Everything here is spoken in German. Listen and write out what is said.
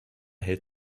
hält